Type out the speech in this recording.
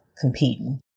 competing